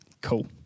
Cool